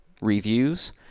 reviews